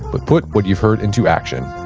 but put what you've heard into action